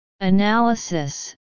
Analysis